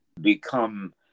become